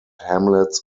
hamlets